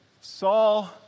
Saul